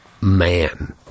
man